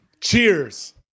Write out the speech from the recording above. Cheers